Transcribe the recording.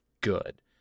good